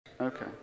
Okay